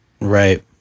Right